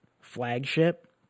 flagship